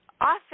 often